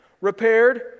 repaired